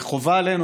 וחובה עלינו,